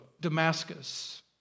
Damascus